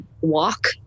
walk